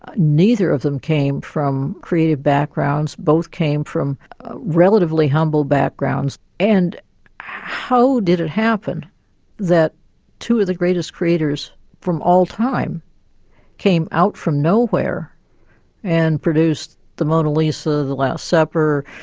ah neither of them came from creative backgrounds, both came from relatively humble backgrounds. and how did it happen that two of the greatest creators from all time came out from nowhere and produced the mona lisa, the last supper,